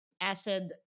Acid